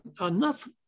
enough